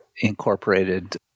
incorporated